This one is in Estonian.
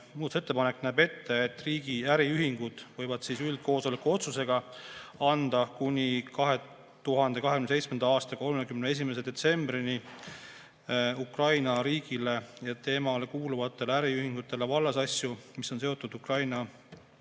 muudatusettepanek näeb ette, et riigi äriühingud võivad üldkoosoleku otsusega anda kuni 2027. aasta 31. detsembrini Ukraina riigile ja temale kuuluvatele äriühingutele vallasasju, mis on seotud Ukraina